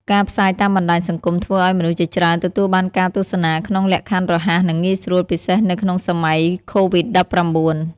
ការផ្សាយតាមបណ្តាញសង្គមធ្វើឲ្យមនុស្សជាច្រើនទទួលបានការទស្សនាក្នុងលក្ខខណ្ឌរហ័សនិងងាយស្រួលពិសេសនៅក្នុងសម័យកូវីដ១៩។